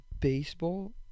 baseball